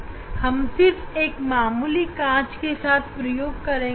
यह यहां पर उसी तरह से चलेगी जैसे कि एक मामूली कांच में चलती है